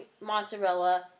mozzarella